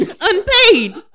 Unpaid